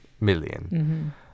million